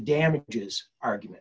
damages argument